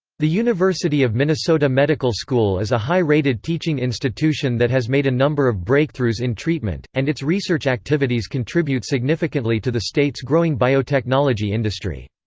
the university of minnesota medical school is a high-rated teaching institution that has made a number of breakthroughs in treatment, and its research activities contribute significantly to the state's growing biotechnology industry.